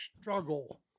struggle